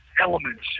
elements